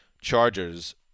Chargers